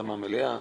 הרדמה מלאה.